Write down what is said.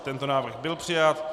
Tento návrh byl přijat.